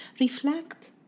Reflect